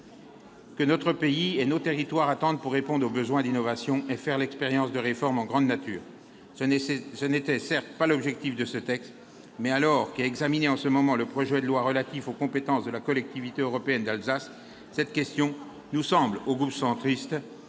que notre pays et nos territoires attendent pour répondre aux besoins d'innovation et faire l'expérience de réformes grandeur nature. Ce n'était certes pas l'objet de ce texte, mais, alors qu'est examiné en ce moment même le projet de loi relatif aux compétences de la Collectivité européenne d'Alsace, cette question apparaît, pour le groupe